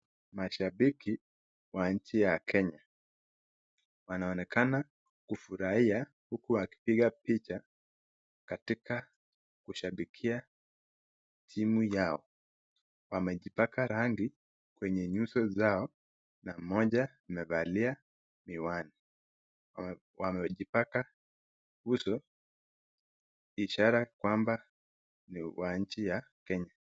Mashabiki wa nchi ya Kenya wanaonekana kufurahia huku wakipiga picha katika kushabikia timu yao. Wamejipaka rangi kwenye nyuso zao na moja amevalia miwani. Wamejipaka uso ishara kwamba ni wa nchi ya Kenya.